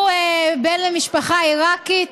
הוא בן למשפחה עיראקית,